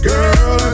Girl